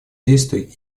действий